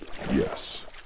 Yes